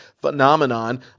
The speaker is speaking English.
phenomenon